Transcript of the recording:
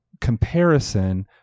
comparison